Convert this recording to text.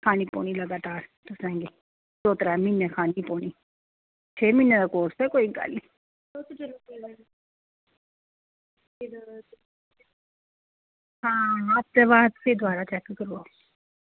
खानी पौनी लगातार दौ त्रैऽ म्हीनै खानी पौनी छे म्हीनै दा कोर्स ऐ कोई गल्ल निं आं ते इस बास्तै दोबारा चैक कराना